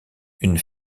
une